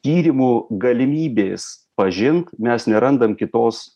tyrimų galimybės pažint mes nerandam kitos